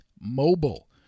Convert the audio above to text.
Mobile